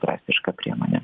drastiška priemonė